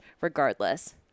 regardless